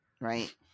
Right